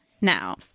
now